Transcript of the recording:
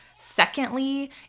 Secondly